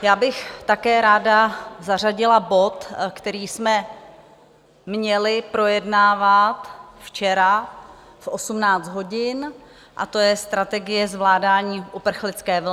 Já bych také ráda zařadila bod, který jsme měli projednávat včera v 18 hodin, a to je Strategie zvládání uprchlické vlny.